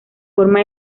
forma